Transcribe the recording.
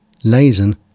Lazen